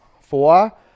Four